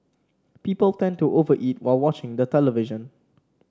people tend to over eat while watching the television